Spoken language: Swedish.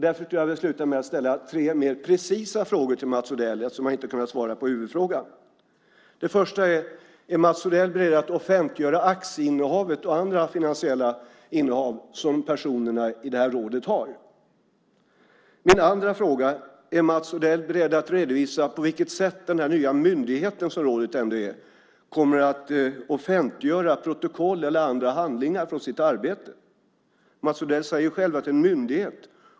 Därför tänker jag sluta med att ställa tre mer precisa frågor till Mats Odell eftersom han inte har kunnat svara på huvudfrågan. Den första frågan gäller om Mats Odell är beredd att offentliggöra aktieinnehavet och andra finansiella innehav som personerna i rådet har. Den andra frågan gäller om Mats Odell är beredd att redovisa på vilket sätt den nya myndigheten - som rådet ändå är - kommer att offentliggöra protokoll eller andra handlingar från sitt arbete. Mats Odell säger själv att det är en myndighet.